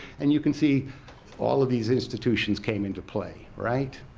and you can see all of these institutions came into play, right.